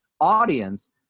audience